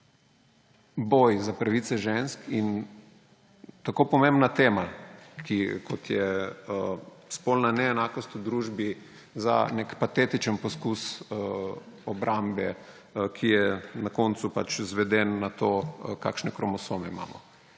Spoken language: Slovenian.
boj za pravice žensk in tako pomembna tema, kot je spolna neenakost v družbi, za nek patetičen poskus obrambe, ki je na koncu izveden na to, kakšne kromosome imamo.